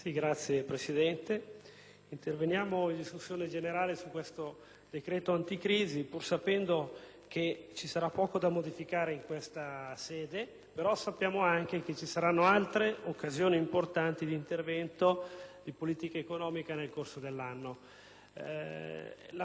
interveniamo in discussione generale su questo decreto anticrisi pur sapendo che ci sarà poco da modificare in questa sede; sappiamo però che nel corso dell'anno ci saranno altre occasioni importanti di intervento di politica economica. La situazione è abbastanza